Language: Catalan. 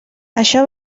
això